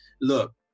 Look